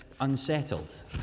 unsettled